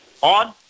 on